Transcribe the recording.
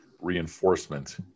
reinforcement